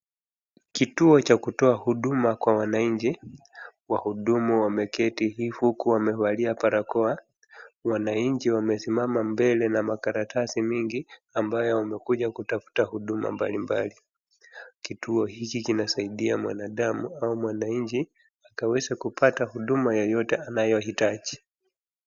Kituo cha kutuoa huduma kwa wananchi. Wahudumu wameketi hivo huku wamevalia barakoa. Wananchi wamesimama mbele na makaratasi mingi ambayo wamekuja kutafuta huduma mbalimbali. Kituo hiki kinasaidia mwanadamu au mwananchi akaweze kupata huduma yoyote anayohitaji.